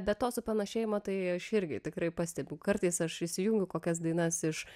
bet to supanašėjimo tai aš irgi tikrai pastebiu kartais aš įsijungiu kokias dainas iš